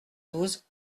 douze